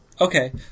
Okay